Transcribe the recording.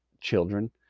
children